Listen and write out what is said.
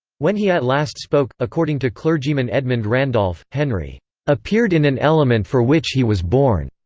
when he at last spoke, according to clergyman edmund randolph, henry appeared in an element for which he was born.